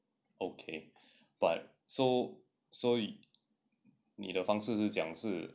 okay but so so 你的方式是这样